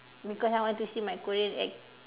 because I want to see my Korean act